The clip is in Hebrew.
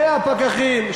100 פקחים.